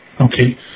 Okay